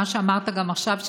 מה שאמרת גם עכשיו,